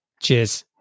Cheers